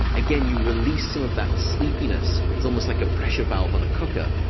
again, you release some of that sleepiness. it's almost like a pressure valve on a cooker.